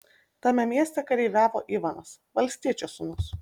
tame mieste kareiviavo ivanas valstiečio sūnus